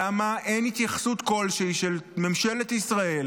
למה אין התייחסות כלשהי של ממשלת ישראל